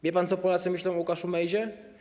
Wie pan, co Polacy myślą o Łukaszu Mejzie?